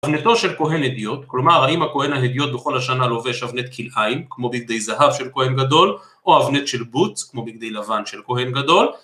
אבנטו של כהן הדיוט, כלומר האם הכהן ההדיוט בכל השנה לובש אבנט כלאיים, כמו בגדי זהב של כהן גדול, או אבנט של בוץ, כמו בגדי לבן של כהן גדול